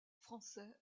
français